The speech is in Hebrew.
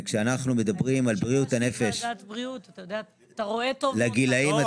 וכשאנחנו מדברים על בריאות הנפש לגילאים הצעירים --- לא,